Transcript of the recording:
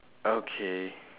okay